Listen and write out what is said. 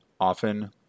often